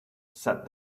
said